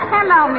Hello